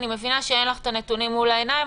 אני מבינה שאין לך את הנתונים מול עיניך.